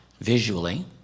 Visually